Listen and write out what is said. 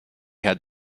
had